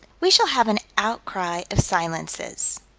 we shall have an outcry of silences.